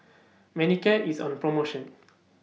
Manicare IS on promotion